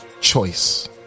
choice